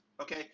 okay